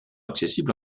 accessible